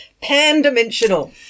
pan-dimensional